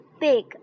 big